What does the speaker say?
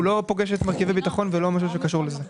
לא פוגש את מרכיבי ביטחון ולא קשור לזה.